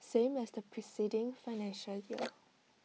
same as the preceding financial year